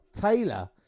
Taylor